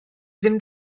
ddim